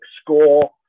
score